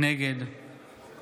נגד